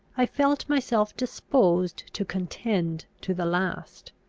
i felt myself disposed to contend to the last.